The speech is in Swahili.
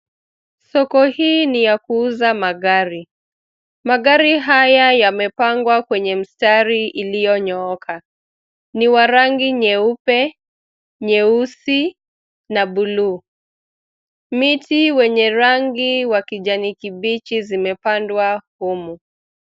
Soko hii ni ya kuuza magari. Magari haya yamepangwa kwenye mstari iliyonyooka, ni wa rangi nyeupe, nyeusi na buluu. Miti wenye rangi wa kijani kibichi zimepandwa humu.